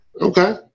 Okay